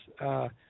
yes